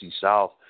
South